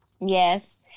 Yes